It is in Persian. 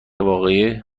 واقعی